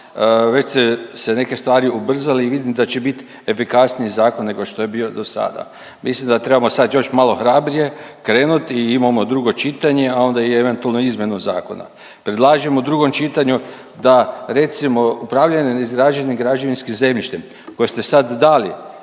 već ste neke stvari ubrzali i vidim da će bit efikasniji zakon nego što je bio do sada. Mislim da trebamo sad još malo hrabrije krenuti i imamo drugo čitanje, a onda i eventualnu izmjenu zakona. Predlažem da u drugom čitanju da recimo upravljanjem … građevinskim zemljištem koje ste sad dali